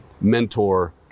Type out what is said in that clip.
mentor